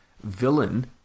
villain